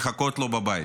מחכות לו בבית,